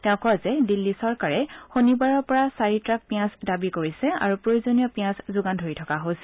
তেওঁ কয় যে দিল্লী চৰকাৰে শনিবাৰৰ পৰা চাৰি ট্ৰাক পিঁয়াজ দাবী কৰিছে আৰু প্ৰয়োজনীয় পিঁয়াজ যোগান ধৰি থকা হৈছে